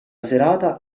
serata